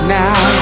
now